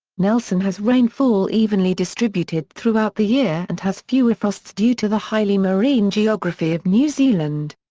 nelson has rainfall evenly distributed throughout the year and has fewer frosts due to the highly marine geography of new zealand.